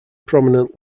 prominent